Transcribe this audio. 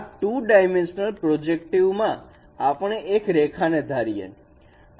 આ 2 dimensional projective space માં આપણે એક રેખાને ધારીએ